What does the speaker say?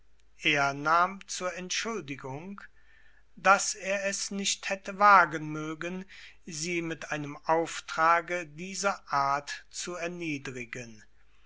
er nahm zur entschuldigung daß er es nicht hätte wagen mögen sie mit einem auftrage dieser art zu erniedrigen